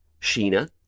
Sheena